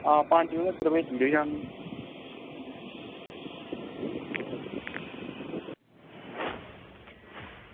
हां पंज बजे तगर भेजी ओड़ेओ शामीं